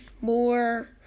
more